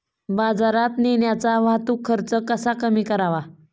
बाजारात नेण्याचा वाहतूक खर्च कसा कमी करावा?